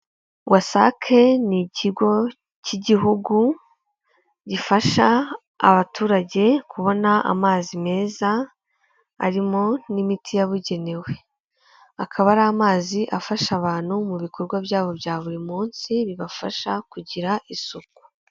Wasake ni ikigo cy'igihugu gifasha abaturage kubona amazi meza, arimo n'imiti yabugenewe, akaba ari amazi afasha abantu mu bikorwa byabo bya buri munsi bibafasha kugira isuku.